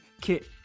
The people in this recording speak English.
Kit